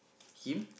him